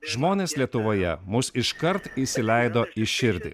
žmonės lietuvoje mus iškart įsileido į širdį